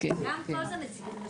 גם פה זוהי נציגות נשית.